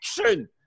action